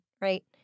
right